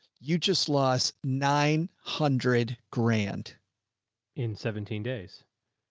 you just lost nine hundred grand in seventeen days,